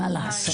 מה לעשות.